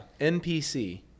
NPC